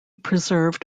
preserved